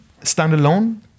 standalone